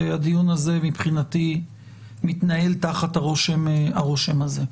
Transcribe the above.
והדיון הזה מבחינתי מתנהל תחת הרושם הזה.